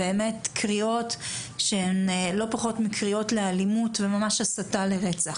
באמת קריאות שהן לא פחות מקריאות לאלימות וממש הסתה לרצח.